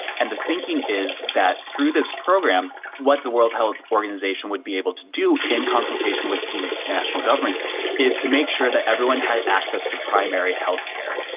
and the thinking is that through this program what's the world health organisation would be able to do in consultation with these national governments is to make sure that everyone had access to primary health care.